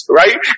right